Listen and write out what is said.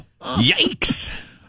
Yikes